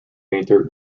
painter